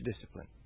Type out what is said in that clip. discipline